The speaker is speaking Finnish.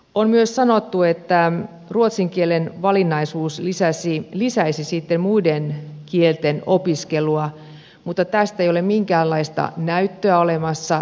on myös sanottu että ruotsin kielen valinnaisuus lisäisi sitten muiden kielten opiskelua mutta tästä ei ole minkäänlaista näyttöä olemassa